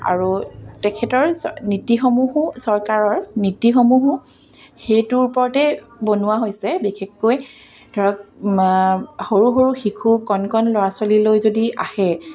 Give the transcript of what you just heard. আৰু তেখেতৰ নীতিসমূহো চৰকাৰৰ নীতিসমূহো সেইটোৰ ওপৰতে বনোৱা হৈছে বিশেষকৈ ধৰক সৰু সৰু শিশু কণ কণ ল'ৰা ছোৱালীলৈ যদি আহে